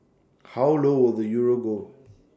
how low will the euro go